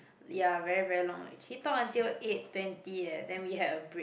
ya very very long lah he talk until eight twenty eh then we had a break